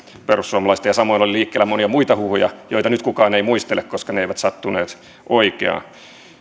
perussuomalaista ja samoin oli liikkeellä monia muita huhuja joita nyt kukaan ei muistele koska ne eivät sattuneet oikeaan